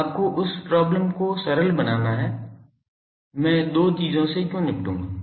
अब आपको उस प्रॉब्लम को सरल बनाना है मैं दो चीजों से क्यों निपटूंगा